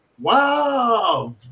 Wow